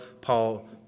Paul